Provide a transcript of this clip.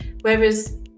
Whereas